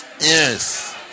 Yes